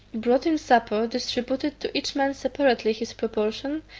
brought in supper, distributed to each man separately his proportion,